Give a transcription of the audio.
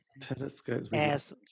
Telescopes